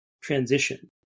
transition